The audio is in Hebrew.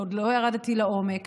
עוד לא ירדתי לעומק.